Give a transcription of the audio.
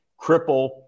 cripple